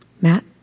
Matt